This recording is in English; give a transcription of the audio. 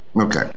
Okay